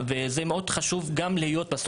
לכן זה מאוד חשוב שזה יהיה גם שם.